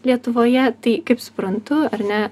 lietuvoje tai kaip suprantu ar ne